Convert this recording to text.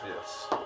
Yes